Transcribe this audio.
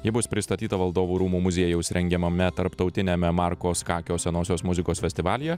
ji bus pristatyta valdovų rūmų muziejaus rengiamame tarptautiniame marko skakio senosios muzikos festivalyje